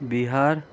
Bihar